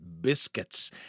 biscuits